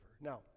Now